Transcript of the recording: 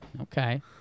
Okay